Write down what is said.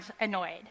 annoyed